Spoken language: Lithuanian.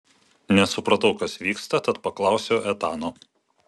nesupratau kas vyksta tad paklausiau etano